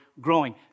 growing